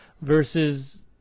versus